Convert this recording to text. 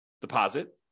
deposit